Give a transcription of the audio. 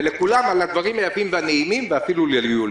ולכולם על הדברים היפים והנעימים ואפילו ליוליה.